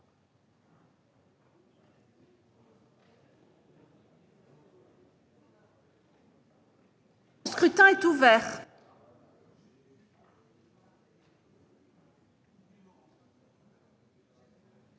Le scrutin est ouvert.